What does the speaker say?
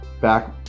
back